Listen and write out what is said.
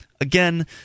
Again